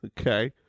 Okay